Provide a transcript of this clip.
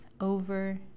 Over